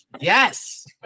Yes